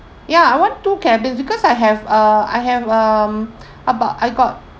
ya I want two cabins because I have uh I have um about I got